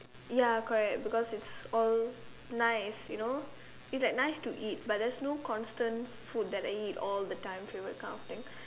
ya correct because it's all nice you know it's like nice to eat but there's no constant food that I eat all the time favourite kind of thing